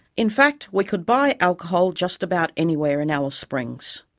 in fact, we could buy alcohol just about anywhere in alice springs.